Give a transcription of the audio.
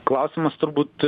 klausimas turbūt